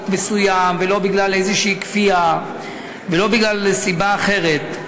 מסוים ולא בגלל כפייה כלשהי ולא בגלל סיבה אחרת,